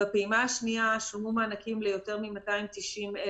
בפעימה השנייה שולמו מענקים ליותר מ-290,000